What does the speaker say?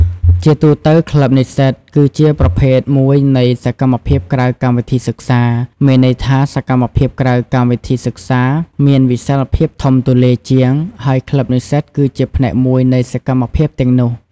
ជាទូទៅ ក្លឹបនិស្សិត គឺជាប្រភេទមួយនៃសកម្មភាពក្រៅកម្មវិធីសិក្សា មានន័យថា សកម្មភាពក្រៅកម្មវិធីសិក្សាមានវិសាលភាពធំទូលាយជាង ហើយក្លឹបនិស្សិតគឺជាផ្នែកមួយនៃសកម្មភាពទាំងនោះ។